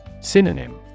Synonym